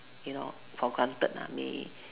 you know for granted ah may